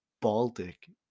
Baltic